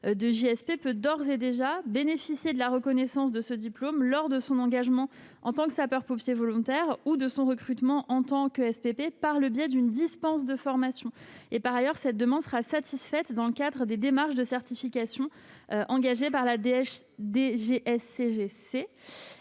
(BNJSP) peut d'ores et déjà bénéficier de la reconnaissance de ce diplôme lors de son engagement en tant que sapeur-pompier volontaire ou de son recrutement en tant que sapeur-pompier professionnel par le biais d'une dispense de formation. Par ailleurs, cette demande sera satisfaite dans le cadre des démarches de certification engagées par la